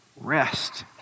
Rest